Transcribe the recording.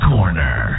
Corner